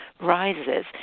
rises